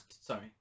Sorry